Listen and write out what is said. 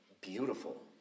beautiful